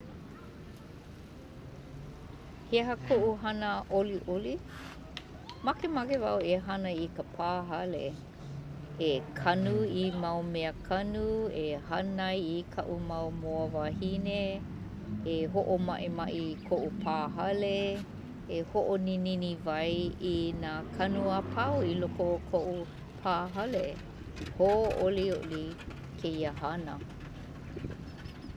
He aha ko'u hana 'oli'oli? Mamake wau e hana i ka pāhale. E kanu i mau mea kanu, e hanai i ka'u mau moa wahine, e ho'oma'ema'e i ko'u pāhale, e ho'onininiwai i nā kanu apau i loko o ko'u pāhale. Hō'oli'oli kēia hana.